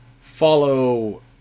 Follow